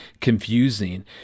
confusing